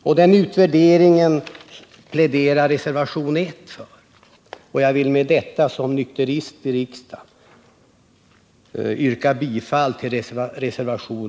En sådan utvärdering pläderar reservationen 1 för, och jag vill med detta såsom nykterist i riksdagen yrka bifall till denna reservation.